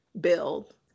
build